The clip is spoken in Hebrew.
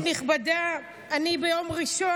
חברת יוליה